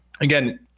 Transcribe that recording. Again